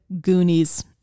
Goonies